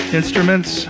instruments